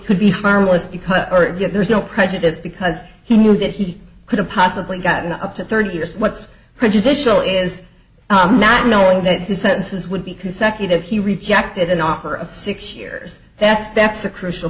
could be harmless because there's no prejudice because he knew that he could have possibly gotten up to thirty or so what's prejudicial is i'm not knowing that his sentences would be consecutive he rejected an offer of six years that's that's the crucial